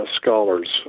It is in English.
scholars